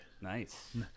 Nice